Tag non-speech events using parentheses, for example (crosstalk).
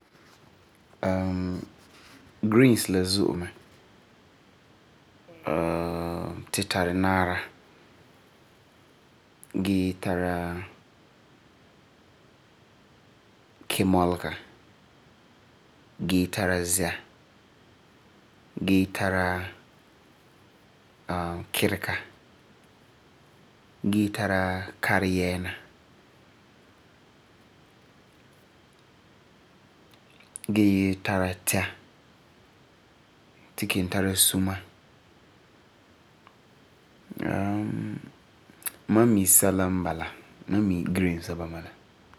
(hesitation) grains la zo'e mɛ. (hesitation) tu tari naara gee tara kemɔlega gee tara zɛ, gee tara (hesitation) kurega gee tara kareyɛɛna, gee tara tɛa. Tu kelum tara suma. (hesitation) mam mi sɛla n bala, mam mi grains sɛba n bala.